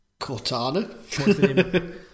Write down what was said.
Cortana